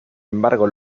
embargo